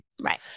Right